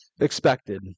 expected